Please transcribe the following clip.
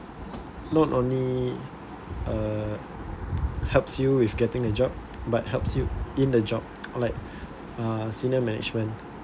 not only uh helps you with getting a job but helps you in a job or like uh senior management